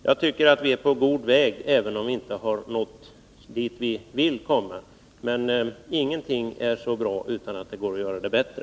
Jag tycker att vi är på god väg, även om vi inte har nått dit vi vill komma. Men ingenting är så bra att det inte går att göra det bättre.